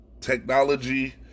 technology